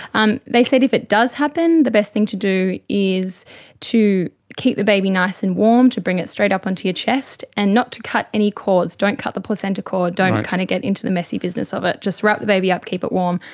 and they said if it does happen, the best thing to do is to keep the baby nice and warm, to bring it straight up onto your chest, and not to cut any cords, don't cut the placenta cord, don't kind of get into the messy business of it, just wrap the baby up, keep it warm,